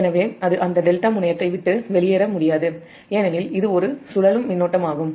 எனவே அது அந்த டெல்டா முனையத்தை விட்டு வெளியேற முடியாது ஏனெனில் இது ஒரு சுழலும் மின்னோட்டமாகும்